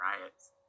riots